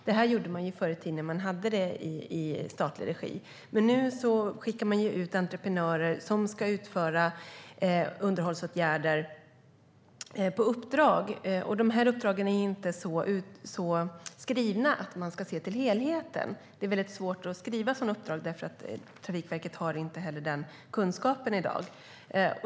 Det här gjorde man förr i tiden när det var i statlig regi, men nu skickar man ut entreprenörer som ska utföra underhållsåtgärder på uppdrag, och dessa uppdrag är inte så skrivna att det går att se till helheten. Det är väldigt svårt att skriva sådana uppdrag, för Trafikverket har inte heller den kunskapen i dag.